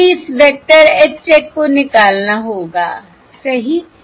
तो हमें इस वेक्टर H चेक को निकालना होगा सही